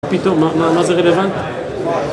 פתאום, מה זה רלוונטי?